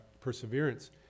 perseverance